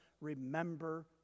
remember